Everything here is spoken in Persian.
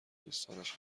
دوستانش